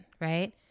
Right